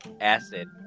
acid